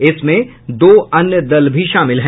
इसमें दो अन्य दल भी शामिल हैं